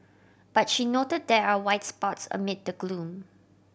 but she noted there are spots amid the gloom